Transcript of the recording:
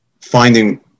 finding